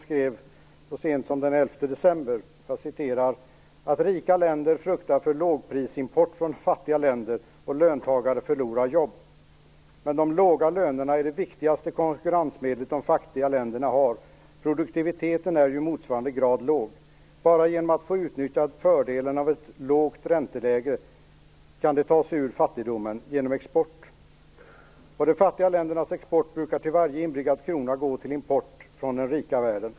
Så sent som den 11 december skrev man nämligen: Rika länder fruktar för lågprisimport från fattiga länder och att löntagare förlorar jobb, men de låga lönerna är det viktigaste konkurrensmedlet de fattiga länderna har. Produktiviteten är ju i motsvarande grad låg. Bara genom att få utnyttja fördelen av ett lågt ränteläge kan de ta sig ur fattigdomen genom export. De fattiga ländernas export brukar till varje inbringad krona gå till import från den rika världen.